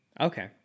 Okay